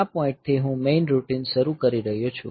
આ પોઈન્ટથી હું મેઈન રૂટીન શરૂ કરી રહ્યો છું